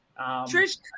Trish